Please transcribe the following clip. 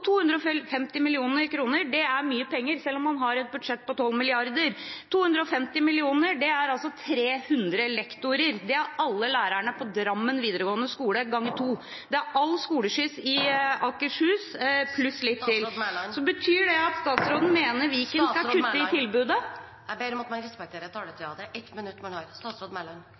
er mye penger selv om man har et budsjett på 12 mrd. kr. 250 mill. kr er 300 lektorer – det er alle lærerne på Drammen videregående skole ganget med to. Det er all skoleskyss i Akershus pluss litt til. Betyr det at statsråden mener at Viken skal kutte i tilbudet? Presidenten ber om at man respekterer taletiden. Man har ett minutt. Veldig kort: Jeg kjenner meg ikke igjen i tallet. Jeg har